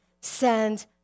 Send